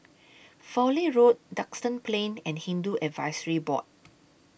Fowlie Road Duxton Plain and Hindu Advisory Board